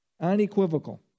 Unequivocal